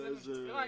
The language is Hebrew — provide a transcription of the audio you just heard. אצלנו יש צפירה,